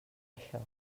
això